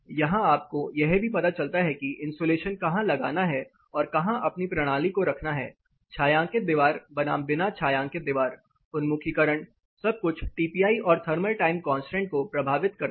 यहां आपको यह भी पता चलता है कि इंसुलेशन कहां लगाना है और कहां अपनी प्रणाली को रखना है छायांकित दीवार बनाम बिना छायांकित दीवार उन्मुखीकरण सब कुछ टीपीआई और थर्मल टाइम कांस्टेंट को प्रभावित करता है